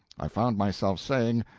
i found myself saying,